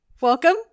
Welcome